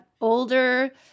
older